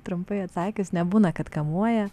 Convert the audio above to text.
trumpai atsakius nebūna kad kamuoja